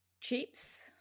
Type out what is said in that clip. chips